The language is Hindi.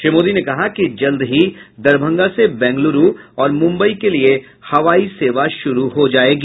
श्री मोदी ने कहा कि जल्द ही दरभंगा से बेंगलुरु और मुंबई के लिए हवाई सेवा शुरू हो जाएगी